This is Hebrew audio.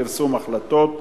פרסום החלטות),